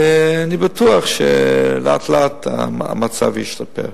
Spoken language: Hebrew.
אני בטוח שלאט-לאט המצב ישתפר.